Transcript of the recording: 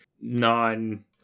non